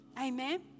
Amen